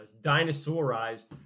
dinosaurized